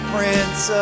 Prince